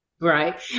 Right